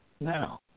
Now